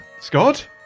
Scott